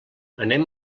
anem